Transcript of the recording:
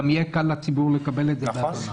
גם יהיה קל לציבור לקבל את זה בהבנה.